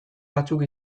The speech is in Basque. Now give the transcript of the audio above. batzuk